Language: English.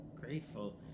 Grateful